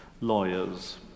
lawyers